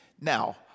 Now